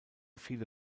viele